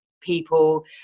people